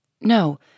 No